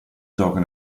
gioca